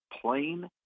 plain